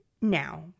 Now